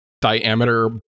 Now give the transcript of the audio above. diameter